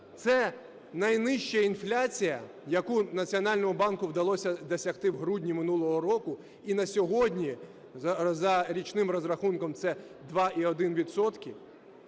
це найнижча інфляція, яку Національному банку вдалося досягти в грудні минулого року, і на сьогодні за річним розрахунком це 2,1